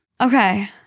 okay